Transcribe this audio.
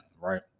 right